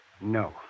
No